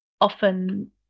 often